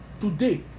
Today